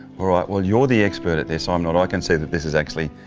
alright well you're the expect at this i'm not, i can see that this is actually,